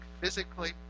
physically